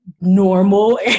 normal